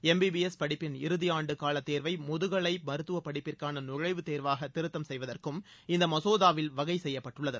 MBBS படிப்பின் இறுதி ஆண்டுக் கால தேர்வை முதுகலை மருத்துவ படிப்பிற்கான நுழைவுத் தேர்வாக திருத்தம் செய்வதற்கும் இந்த மசோதாவில் வகை செய்யப்பட்டுள்ளது